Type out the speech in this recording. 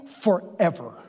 forever